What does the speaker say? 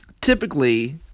typically